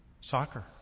Soccer